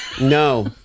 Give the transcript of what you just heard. No